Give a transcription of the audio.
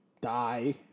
die